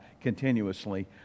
continuously